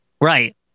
Right